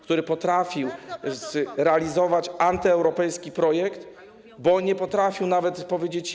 który potrafił zrealizować antyeuropejski projekt, bo nie potrafił nawet powiedzieć: nie.